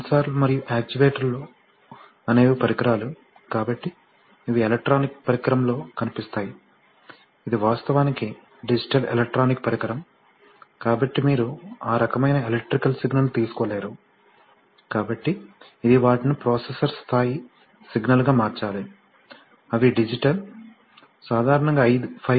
సెన్సార్లు మరియు యాక్చుయేటర్లు అనేవి పరికరాలు కాబట్టి ఇవి ఎలక్ట్రానిక్ పరికరంలో కనిపిస్తాయి ఇది వాస్తవానికి డిజిటల్ ఎలక్ట్రానిక్ పరికరం కాబట్టి మీరు ఆ రకమైన ఎలక్ట్రికల్ సిగ్నల్ను తీసుకోలేరు కాబట్టి ఇది వాటిని ప్రోసెసర్ స్థాయి సిగ్నల్గా మార్చాలి అవి డిజిటల్ సాధారణంగా 5 వోల్ట్ లేదా 2